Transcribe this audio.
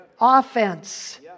offense